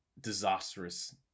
disastrous